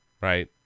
right